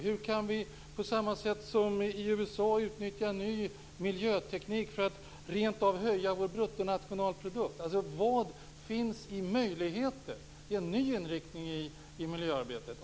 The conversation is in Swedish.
Hur kan vi på samma sätt som i USA utnyttja ny miljöteknik för att rent av höja vår bruttonationalprodukt? Vad finns det för möjligheter med en ny inriktning av miljöarbetet?